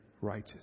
righteous